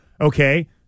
Okay